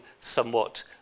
somewhat